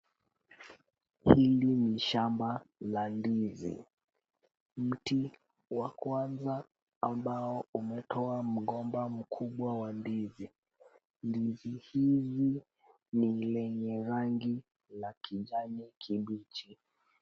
Hili ni shamba la ndizi. Mti wa kwanza ambao umetoa mgomba mkubwa wa ndizi. Ndizi hizi ni zenye rangi la kijani kibichi.